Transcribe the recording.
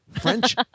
French